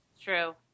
True